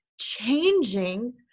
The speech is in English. changing